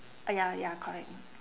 uh ya ya correct